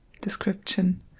description